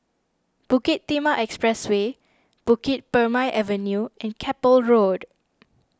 Bukit Timah Expressway Bukit Purmei Avenue and Keppel Road